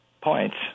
points